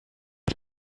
das